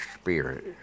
spirit